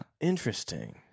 Interesting